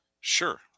sure